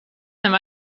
nav